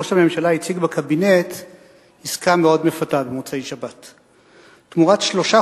ראש הממשלה הציג בקבינט במוצאי-שבת עסקה מאוד מפתה: תמורת שלושה